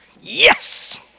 Yes